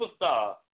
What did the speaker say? Superstar